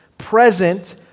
present